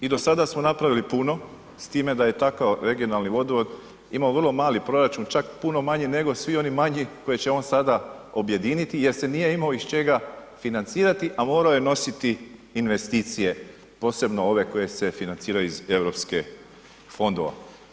I do sada smo napravili puno s time da je takav regionalni vodovod imao vrlo mali proračun čak puno manji nego svi oni manji koje će on sada objediniti jer se nije imao iz čega financirati a morao je nositi investicije, posebno ove koje se financiraju iz eu fondova.